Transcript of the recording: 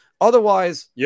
Otherwise